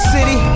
City